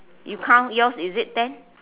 you count yours is it ten